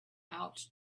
out